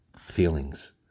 feelings